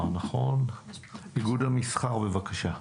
נציג איגוד לשכות המסחר, בבקשה.